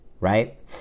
right